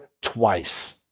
twice